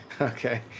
Okay